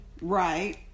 Right